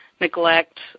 neglect